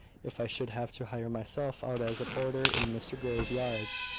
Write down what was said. if i should have to hire myself out as a porter in mr grey's yards.